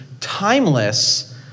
timeless